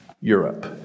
Europe